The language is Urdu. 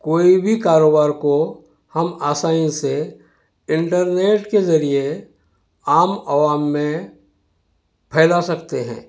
کوئی بھی کاروبار کو ہم آسانی سے انٹرنیٹ کے ذریعے عام عوام میں پھیلا سکتے ہیں